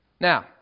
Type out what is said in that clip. Now